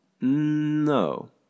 no